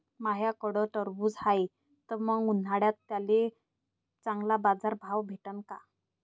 माह्याकडं टरबूज हाये त मंग उन्हाळ्यात त्याले चांगला बाजार भाव भेटन का?